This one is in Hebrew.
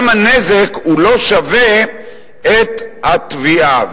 גם הנזק, הוא לא שווה את התביעה.